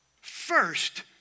First